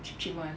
cheap cheap [one]